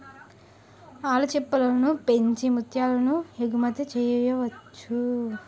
ఆల్చిప్పలను పెంచి ముత్యాలను ఎగుమతి చెయ్యొచ్చు